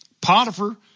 Potiphar